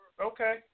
Okay